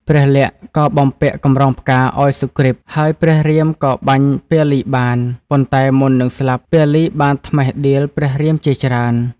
ព្រះលក្សណ៍ ក៏បំពាក់កម្រងផ្កាឱ្យសុគ្រីព ហើយព្រះរាមក៏បាញ់ពាលីបាន ប៉ុន្តែមុននឹងស្លាប់ពាលីបានតិះដៀលព្រះរាមជាច្រើន។